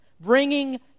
bringing